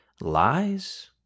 lies